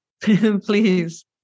Please